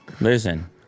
Listen